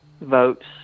votes